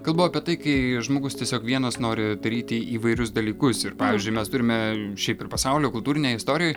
kalbu apie tai kai žmogus tiesiog vienas nori daryti įvairius dalykus ir pavyzdžiui mes turime šiaip ir pasaulio kultūrinėj istorijoj